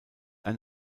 ein